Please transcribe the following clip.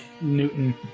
Newton